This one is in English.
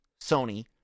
Sony